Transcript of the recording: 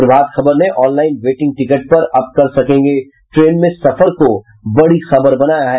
प्रभात खबर ने online waiting ticket पर अब कर सकेंगे ट्रेन में सफर को बड़ी खबर बनाया है